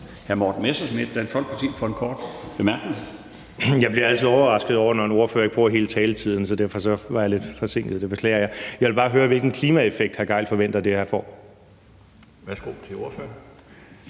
Hr. Morten Messerschmidt, Dansk Folkeparti, for en kort bemærkning. Kl. 16:32 Morten Messerschmidt (DF): Jeg bliver altid overrasket, når en ordfører ikke bruger hele taletiden, så derfor var jeg lidt forsinket – det beklager jeg. Jeg vil bare høre, hvilken klimaeffekt hr. Torsten Gejl forventer det her får. Kl.